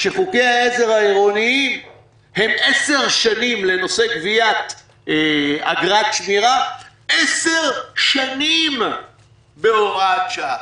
שחוקי העזר העירוניים לנושא גביית אגרת שמירה הם עשר שנים בהוראת שעה.